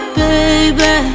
baby